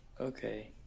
Okay